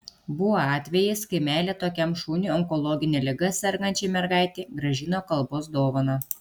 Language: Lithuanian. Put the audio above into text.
buvo atvejis kai meilė tokiam šuniui onkologine liga sergančiai mergaitei grąžino kalbos dovaną